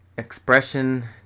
expression